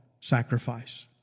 sacrifice